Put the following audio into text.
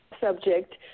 subject